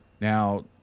now